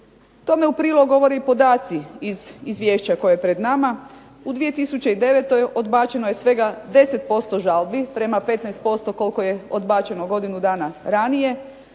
Tome u prilog govore i podaci iz izvješća koje je pred nama. U 2009. odbačeno je svega 10% žalbi prema 15% koliko je odbačeno godinu dana ranije